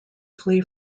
flee